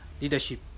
leadership